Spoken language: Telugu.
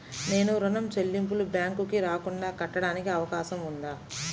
నేను ఋణం చెల్లింపులు బ్యాంకుకి రాకుండా కట్టడానికి అవకాశం ఉందా?